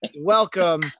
welcome